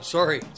Sorry